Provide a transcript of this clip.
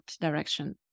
direction